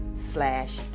slash